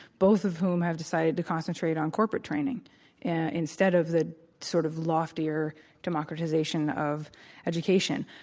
both of whom have decided to concentrate on corporate training instead of the sort of loftier democratization of education.